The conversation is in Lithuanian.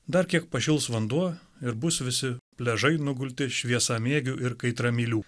dar kiek pašils vanduo ir bus visi pliažai nugulti šviesamėgių ir kaitramylių